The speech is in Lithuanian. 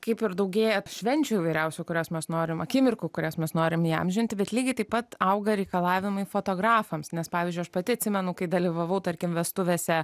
kaip ir daugėja švenčių įvairiausių kurias mes norime akimirkų kurias mes norime įamžinti bet lygiai taip pat auga reikalavimai fotografams nes pavyzdžiui aš pati atsimenu kai dalyvavau tarkim vestuvėse